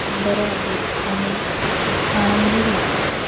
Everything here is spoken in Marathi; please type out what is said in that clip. बरं वाटेल आणि आनंदी व्हाल तुम्ही